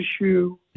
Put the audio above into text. issue